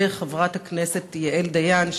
וחברת הכנסת יעל דיין,